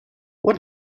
what